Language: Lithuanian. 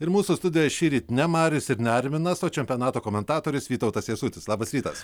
ir mūsų studijoj šįryt ne marius ir ne arminas o čempionato komentatorius vytautas jasutis labas rytas